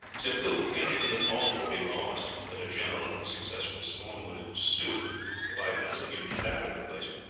tippoo, fearing that all would be lost, that a general and successful storm would ensue if i continued to batter the place,